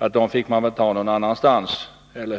att man fick ta dessa pengar någon annanstans.